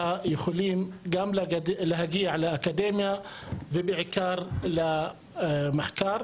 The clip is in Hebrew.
יוכלו להגיע גם לאקדמיה ובעיקר למחקר.